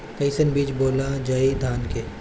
कईसन बीज बोअल जाई धान के?